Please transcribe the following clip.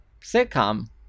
sitcom